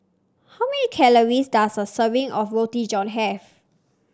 how many calories does a serving of Roti John have